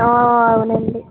అవునండి